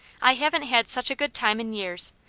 i haven't had such a good time in years.